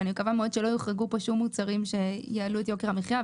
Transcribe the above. ואני מקווה מאוד שלא יוחרגו פה שום מוצרים שיעלו את יוקר המחיה.